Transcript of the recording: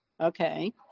Okay